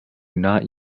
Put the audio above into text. not